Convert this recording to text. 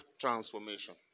transformation